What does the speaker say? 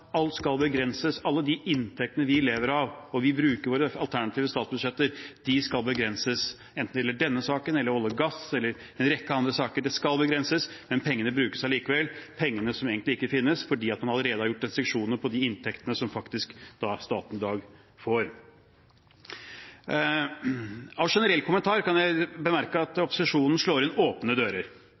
Alt skal begrenses. Alle de inntektene vi lever av, og som vi bruker i våre alternative budsjetter, skal begrenses. Enten det gjelder denne saken, olje og gass eller en rekke andre saker – det skal begrenses. Men pengene brukes likevel – pengene som egentlig ikke finnes, fordi man allerede har lagt restriksjoner på de inntektene som staten i dag får. Som en generell kommentar kan jeg bemerke at opposisjonen slår inn åpne dører.